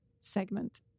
segment